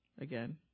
Again